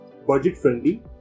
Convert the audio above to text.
budget-friendly